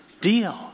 deal